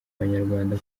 abanyarwanda